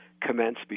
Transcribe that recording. commence